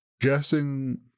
guessing